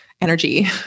energy